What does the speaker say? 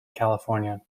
california